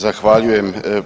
Zahvaljujem.